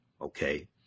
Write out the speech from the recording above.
Okay